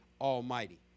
Almighty